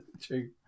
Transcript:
True